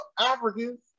Africans